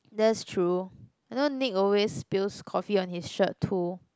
that is true I know Nick always spills coffee on his shirt too